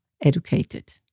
educated